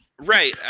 Right